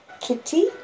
kitty